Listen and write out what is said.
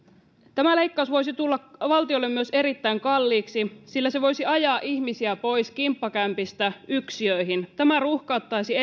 tämä leikkaus voisi tulla valtiolle myös erittäin kalliiksi sillä se voisi ajaa ihmisiä pois kimppakämpistä yksiöihin tämä ruuhkauttaisi